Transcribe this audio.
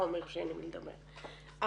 אז